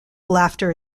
laughter